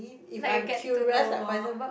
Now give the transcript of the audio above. like you get to know more